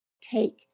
Take